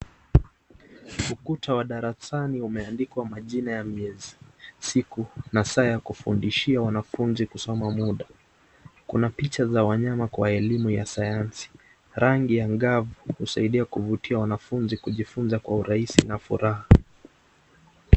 Ukuta wa darasani umeandikwa majina ya miezi, siku na saa ya kufundishia wanfunzi kusoma mda, kuna picha ya wanyama kwa elimu ya sayansi rangi ya ngavu kusaidia kuvutia wanafuzi kujifunza kwa rahisi na furaha.